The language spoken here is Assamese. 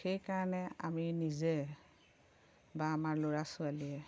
সেইকাৰণে আমি নিজে বা আমাৰ ল'ৰা ছোৱালীয়ে